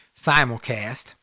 simulcast